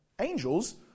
Angels